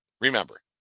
remember